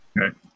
Okay